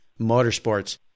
Motorsports